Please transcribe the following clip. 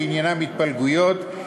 שעניינם התפלגויות,